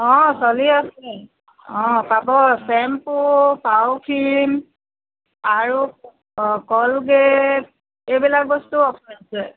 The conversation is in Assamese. অঁ চলি আছে অঁ পাব চেম্পু পাৱফিন আৰু অঁ কলগেট এইবিলাক বস্তু অফ আছে